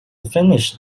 finish